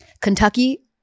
Kentucky